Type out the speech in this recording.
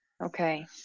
okay